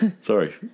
Sorry